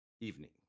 Evening